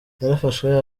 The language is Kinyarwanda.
yarafashwe